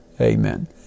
amen